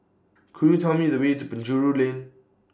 Could YOU Tell Me The Way to Penjuru Lane